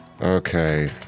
Okay